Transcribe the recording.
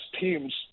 teams